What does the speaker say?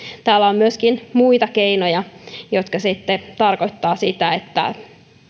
täällä on myöskin muita keinoja jotka sitten tarkoittavat sitä että